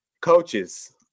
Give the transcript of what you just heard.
coaches